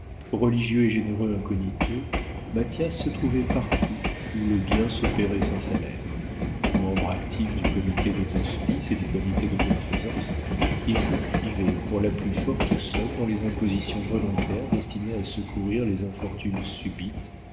religieux et généreux incognito mathias se trouvait partout où le bien s'opérait sans salaire membre actif du comité des hospices et du comité de bienfaisance il s'inscrivait pour la plus forte somme dans les impositions volontaires destinées à secourir les infortunes subites